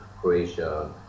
Croatia